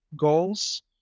goals